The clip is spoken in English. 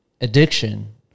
addiction